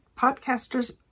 podcasters